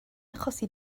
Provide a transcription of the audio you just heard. achosi